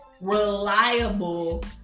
reliable